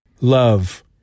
Love